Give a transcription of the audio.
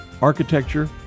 architecture